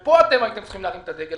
פה אתם הייתם צריכים להרים את הדגל.